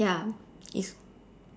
ya it's